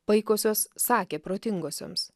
paikosios sakė protingosioms